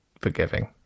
forgiving